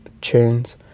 tunes